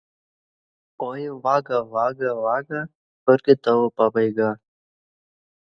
oi vaga vaga vaga kurgi tavo pabaiga